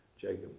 Jacob